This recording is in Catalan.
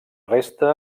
resta